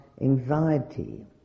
anxiety